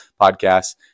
Podcasts